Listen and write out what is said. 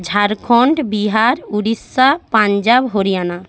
Jharkhand Bihar Orissa Punjab Haryana